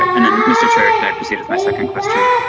and then mr. chair, could i proceed with my second question?